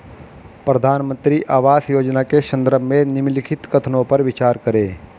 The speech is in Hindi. प्रधानमंत्री आवास योजना के संदर्भ में निम्नलिखित कथनों पर विचार करें?